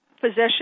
possession